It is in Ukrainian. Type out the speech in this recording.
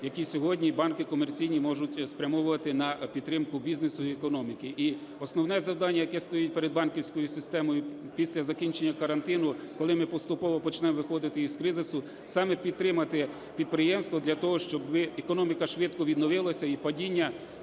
які сьогодні банки комерційні можуть спрямовувати на підтримку бізнесу і економіки. І основне завдання, яке стоїть перед банківською системи після закінчення карантину, коли ми поступово почнемо виходити із кризи, саме підтримати підприємства для того, щоб економіка швидко відновилася і падіння